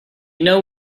know